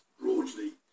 broadly